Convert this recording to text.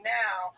now